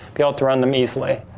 be able to run them easily.